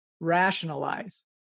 rationalize